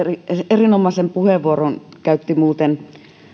erinomaisen puheenvuoron käytti muuten